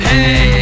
Hey